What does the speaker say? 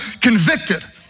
convicted